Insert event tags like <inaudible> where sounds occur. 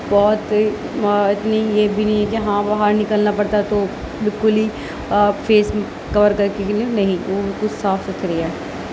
بہت ہی اور اتنی یہ بھی نہیں ہے کہ ہاں بہار نکلنا پڑتا ہے تو کھلی فیس کور کر کے ہی <unintelligible> نہیں وہ خود صاف ستھری ہے